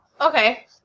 okay